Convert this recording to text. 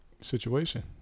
situation